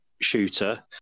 shooter